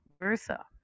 Versa